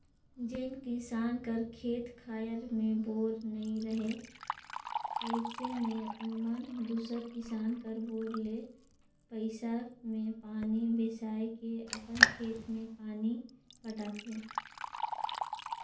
जेन किसान कर खेत खाएर मे बोर नी रहें अइसे मे ओमन दूसर किसान कर बोर ले पइसा मे पानी बेसाए के अपन खेत मे पानी पटाथे